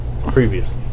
previously